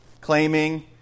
claiming